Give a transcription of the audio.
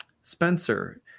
Spencer